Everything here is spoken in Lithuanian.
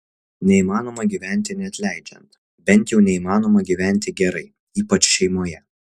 neįmanoma gyventi neatleidžiant bent jau neįmanoma gyventi gerai ypač šeimoje